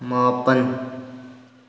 ꯃꯥꯄꯟ